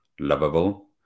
lovable